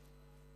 לתמוך.